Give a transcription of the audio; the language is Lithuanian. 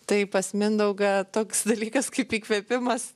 tai pas mindaugą toks dalykas kaip įkvėpimas